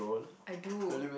I do